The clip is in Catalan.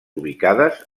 ubicades